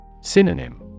Synonym